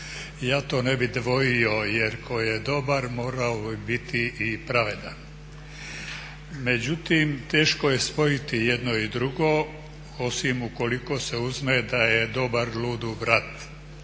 Ja to ne bi dvojio jer ko je dobar morao bi biti i pravedan. Međutim, teško je spojiti i jedno i drugo osim ukoliko se uzme da je da dobar ludu brat.